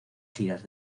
giras